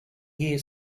here